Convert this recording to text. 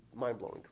mind-blowing